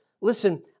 listen